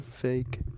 fake